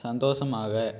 சந்தோஷமாக